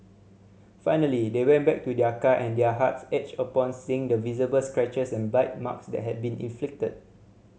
finally they went back to their car and their hearts ached upon seeing the visible scratches and bite marks that had been inflicted